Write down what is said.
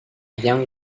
young